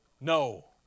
No